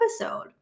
episode